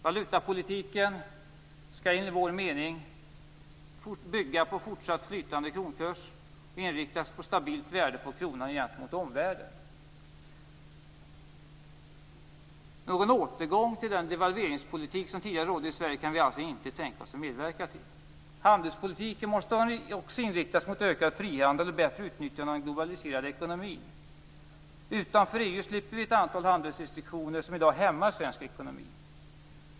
Valutapolitiken skall enligt vår mening bygga på fortsatt flytande kronkurs och inriktas på ett stabilt värde på kronan gentemot omvärlden. Någon återgång till den devalveringspolitik som tidigare rådde i Sverige kan vi alltså inte tänka oss att medverka till. Handelspolitiken måste inriktas mot ökad frihandel och ett bättre utnyttjande av den globaliserade ekonomin. Utanför EU slipper vi ett antal handelsrestriktioner som i dag hämmar svensk ekonomi.